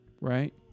Right